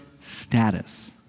status